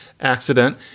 accident